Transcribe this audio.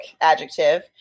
adjective